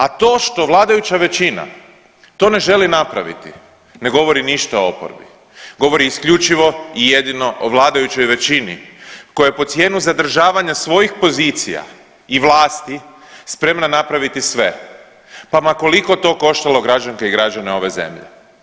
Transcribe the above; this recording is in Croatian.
A to što vladajuća većina to ne želi napraviti ne govori ništa o oporbi, govori isključivo i jedino o vladajućoj većini koja je pod cijenu zadržavanja svojih pozicija i vlasti spremna napraviti sve, pa ma koliko to koštalo građanke i građane ove zemlje.